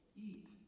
eat